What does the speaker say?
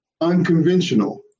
unconventional